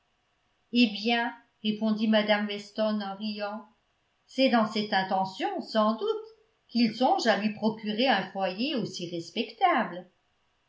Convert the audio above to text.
eh bien répondit mme weston en riant c'est dans cette intention sans doute qu'il songe à lui procurer un foyer aussi respectable